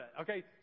Okay